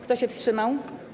Kto się wstrzymał?